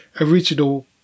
original